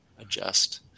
adjust